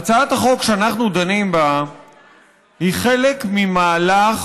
הצעת החוק שאנחנו דנים בה היא חלק ממהלך